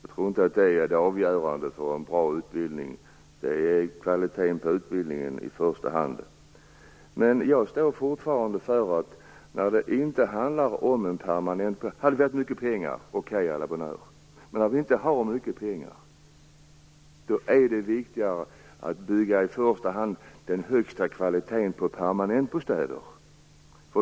Jag tror inte att det är det avgörande för en bra utbildning, utan i första hand är det kvaliteten på utbildningen. Om vi hade haft mycket pengar - okej, à la bonne heure. Men när vi inte har mycket pengar är det viktigare att i första hand bygga med den högsta kvaliteten på permanentbostäder.